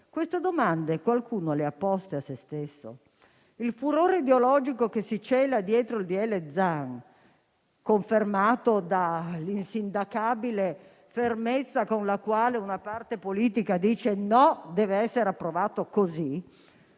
Queste domande qualcuno le ha poste a se stesso? Il furore ideologico che si cela dietro il disegno di legge Zan, confermato dall'insindacabile fermezza con la quale una parte politica dice che no, deve essere approvato così,